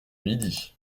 midi